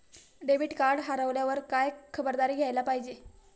Debit card हरवल्यावर काय खबरदारी घ्यायला पाहिजे?